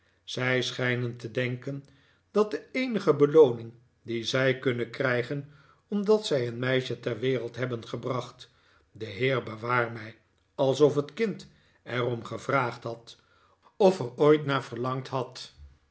zij schijnen te denken dat de eenige belooning die zij kunnen krijgen omdat zij een meisje ter wereld hebben gebracht de heer bewaar mij alsof het kind er om gevraagd had of er ooit naar verlangd had